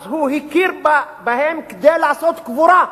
אז הוא הכיר בהם כדי לעשות קבורה,